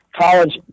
college